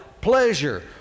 pleasure